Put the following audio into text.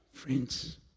Friends